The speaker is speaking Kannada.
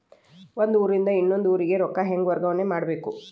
ಒಂದ್ ಊರಿಂದ ಇನ್ನೊಂದ ಊರಿಗೆ ರೊಕ್ಕಾ ಹೆಂಗ್ ವರ್ಗಾ ಮಾಡ್ಬೇಕು?